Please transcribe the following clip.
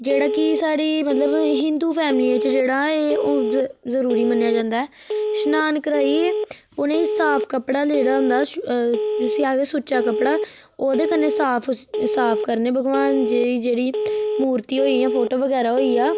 जेह्ड़ा की स्हाड़ी मतलब हिंदू फैमलियां च जेह्ड़ा ऐ एह् जरूरी मन्नेया जंदा ऐ स्नान कराइयै उ'नेंगी साफ कपड़ा लेदा हुंदा जिसी आखदे सुच्चा कपड़ा ओह्दे कन्ने साफ साफ करने भगवान दी जेह्ड़ी मूर्ति होई जां फोटो वगैरा होई जा